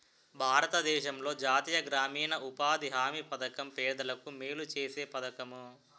భారతదేశంలో జాతీయ గ్రామీణ ఉపాధి హామీ పధకం పేదలకు మేలు సేసే పధకము